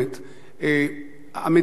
המדינה החליטה,